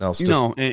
No